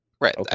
right